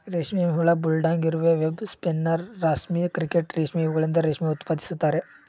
ರೇಷ್ಮೆ ಹುಳ, ಬುಲ್ಡಾಗ್ ಇರುವೆ, ವೆಬ್ ಸ್ಪಿನ್ನರ್, ರಾಸ್ಪಿ ಕ್ರಿಕೆಟ್ ರೇಷ್ಮೆ ಇವುಗಳಿಂದ ರೇಷ್ಮೆ ಉತ್ಪಾದಿಸುತ್ತಾರೆ